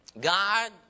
God